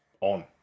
on